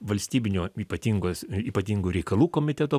valstybinio ypatingos ypatingų reikalų komiteto